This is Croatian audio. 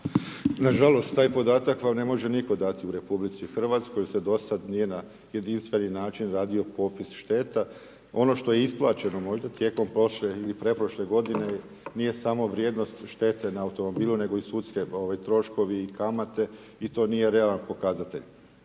Nažalost, taj podatak vam ne može nitko dati, u RH se dosad nije na jedinstveni način radio popis šteta. Ono što je isplaćeno možda tijekom prošle ili pretprošle godine, nije samo vrijednost štete na automobilu nego i sudski troškovi, kamate i to nije realan pokazatelj.